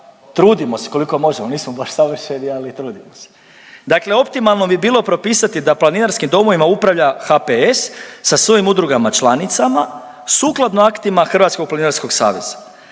trudimo se koliko možemo, nismo baš savršeni ali trudimo se. Dakle, optimalno bi bilo propisati da planinarskim domovima upravlja HPS sa svojim udrugama članicama sukladno aktima Hrvatskog planinarskog saveza.